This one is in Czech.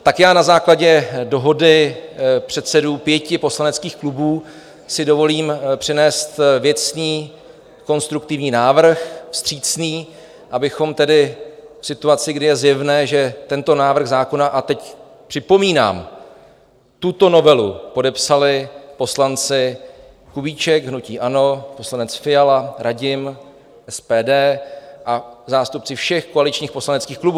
Tak já na základě dohody předsedů pěti poslaneckých klubů si dovolím přinést věcný konstruktivní návrh vstřícný, abychom v situaci, kdy je zjevné, že tento návrh zákona a teď připomínám, tuto novelu podepsali poslanci Kubíček hnutí ANO, poslanec Fiala Radim SPD a zástupci všech koaličních poslaneckých klubů.